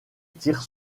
tire